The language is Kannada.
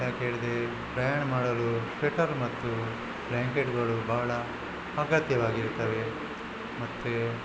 ಯಾಕೇಳಿದರೆ ಪ್ರಯಾಣ ಮಾಡಲು ಸ್ವೆಟರ್ ಮತ್ತು ಬ್ಲಾಂಕೆಟ್ಗಳು ಬಹಳ ಅಗತ್ಯವಾಗಿರ್ತವೆ ಮತ್ತು